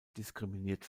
diskriminiert